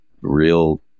real